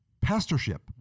pastorship